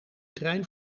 trein